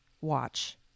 watch